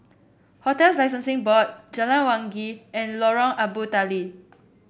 Hotels Licensing Board Jalan Wangi and Lorong Abu Talib